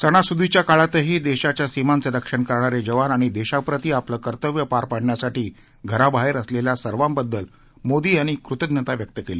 सणासुदीच्या काळातही देशाच्या सीमांचं रक्षण करणारे जवान आणि देशाप्रती आपलं कर्तव्य पार पाडण्यासाठी घराबाहेर असलेल्या सर्वांबद्दल मोदी यांनी कृतज्ञता व्यक्त केली